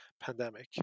pandemic